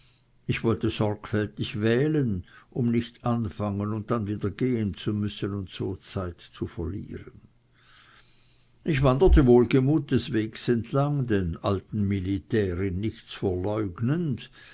ich wollte sorgfältig wählen um nicht anzufangen und dann wieder gehen zu müssen und so zeit zu verlieren ich wanderte wohlgemut des wegs entlang den alten militär in nichts verleugnend